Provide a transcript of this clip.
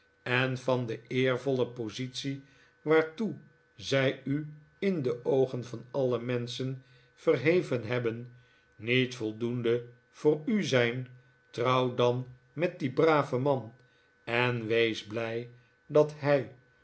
en van de eervolle positie waartoe zij u in de oogen van alle menschen verheven hebben niet voldoende voor u zijn trouw dan met dien braven man eh wees blij dat hij